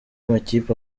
makipe